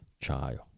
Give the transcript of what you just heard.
child